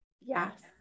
Yes